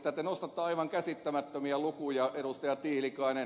te nostatte aivan käsittämättömiä lukuja edustaja tiilikainen